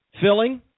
Filling